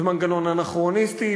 זה מנגנון אנכרוניסטי,